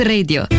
Radio